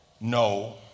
no